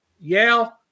Yale